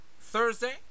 Thursday